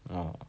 !wow!